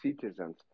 citizens